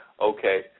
okay